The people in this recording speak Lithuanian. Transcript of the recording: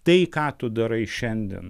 tai ką tu darai šiandien